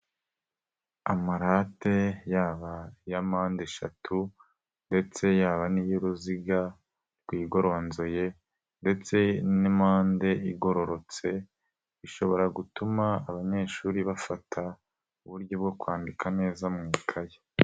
Amarate yaba iya mpande eshatu ndetse yaba n'iy'uruziga rwigoronzoye ndetse n'impande igororotse, bishobora gutuma abanyeshuri bafata uburyo bwo kwandika neza mu ikaye.